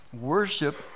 Worship